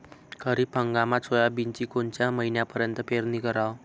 खरीप हंगामात सोयाबीनची कोनच्या महिन्यापर्यंत पेरनी कराव?